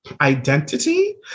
identity